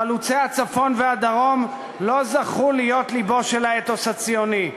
חלוצי הצפון והדרום לא זכו להיות לבו של האתוס הציוני,